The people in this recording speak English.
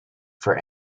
for